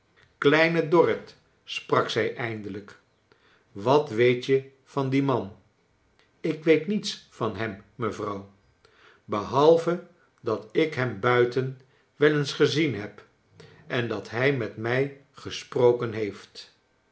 kleine dorrit sprak zij eindelijk wat wcet je van dien man ik weet niets van hem mevrouw behalve dat ik hem buiten wel eens gezien heb en dat hij met mij gesproken heeft